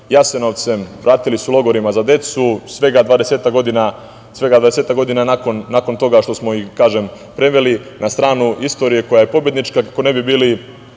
Jasenovcem, vratili su logorima za decu svega 20-ak godina nakon toga što smo ih preveli na stranu istorije koja je pobednička, kako ne bi